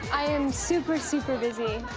i am super, super busy.